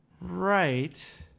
Right